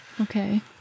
Okay